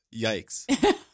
Yikes